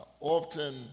often